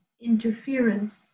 interference